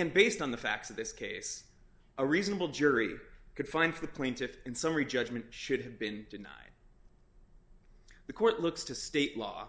and based on the facts of this case a reasonable jury could find the plaintiffs in summary judgment should have been denied the court looks to state law